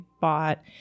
bought